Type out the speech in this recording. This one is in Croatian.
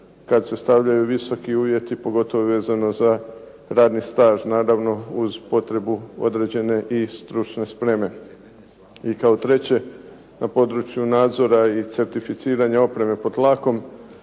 kada se stavljaju visoki uvjeti pogotovo vezano za radni staž, naravno uz potrebu određene i stručne spreme. I kao treće, na području nadzora i certificiranja opreme pod tlakom.